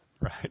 right